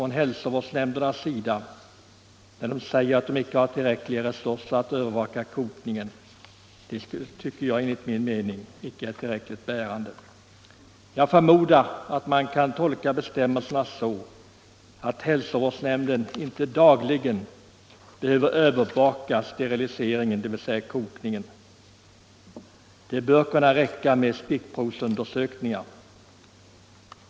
Hälsovårdsnämndernas argument att de inte har tillräckliga resurser för att övervaka kokningen är enligt min mening inte bärande. Jag förmodar att man kan tolka bestämmelserna så att hälsovårdsnämnderna inte dagligen behöver övervaka steriliseringen, dvs. kokningen. Det bör kunna räcka med stickprovsundersökningar.